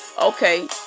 Okay